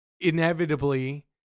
inevitably